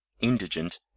indigent